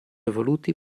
evoluti